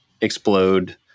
explode